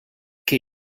che